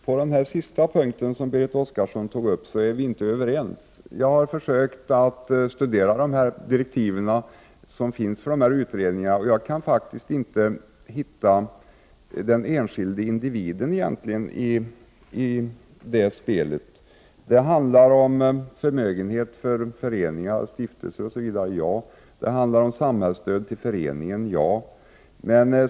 Herr talman! Vi är inte överens på den sista punkt som Berit Oscarsson tog upp. Jag har försökt att studera de direktiv som finns till de här utredningarna. Jag har emellertid faktiskt inte kunnat hitta den enskilda individen i det spelet. Det handlar förvisso om förmögenhet i föreningar, stiftelser osv, och det handlar om samhällsstöd till föreningar.